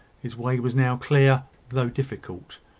his way was now clear, though difficult.